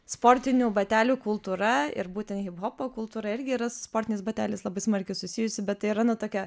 sportinių batelių kultūra ir būtent hiphopo kultūra irgi yra su sportiniais bateliais labai smarkiai susijusi bet tai yra na tokia